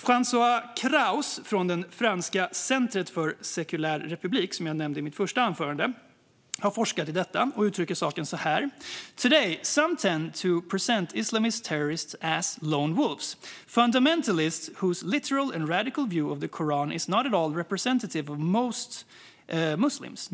François Kraus, från ett franskt center för en sekulär republik som jag nämnde i mitt första anförande, har forskat i saken och uttrycker det så här: "Today, some tend to present Islamist terrorists as 'lone wolves', fundamentalists whose literal and radical view of the Quran is not at all representative of the point of view of Muslims.